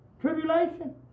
tribulation